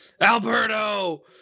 Alberto